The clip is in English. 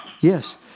Yes